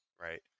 right